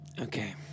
Okay